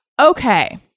Okay